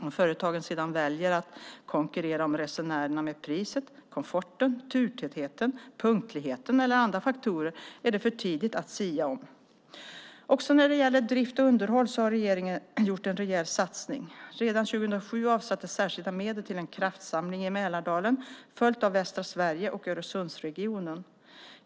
Om företagen sedan väljer att konkurrera om resenärerna med priset, komforten, turtätheten, punktligheten eller andra faktorer är det för tidigt att sia om. Också när det gäller drift och underhåll har regeringen gjort en rejäl satsning. Redan 2007 avsattes särskilda medel till en kraftsamling i Mälardalen, följt av västra Sverige och Öresundsregionen.